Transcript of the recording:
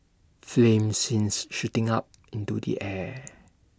flames seen shooting up into the air